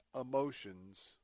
emotions